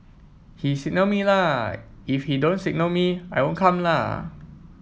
he signal me la if he don't signal me I won't come la